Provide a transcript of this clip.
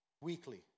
weekly